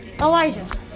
Elijah